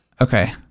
Okay